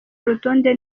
urutonde